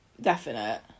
definite